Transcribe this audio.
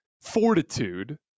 fortitude